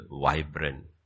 vibrant